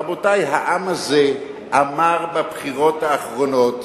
רבותי, העם הזה אמר בבחירות האחרונות